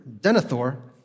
Denethor